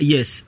Yes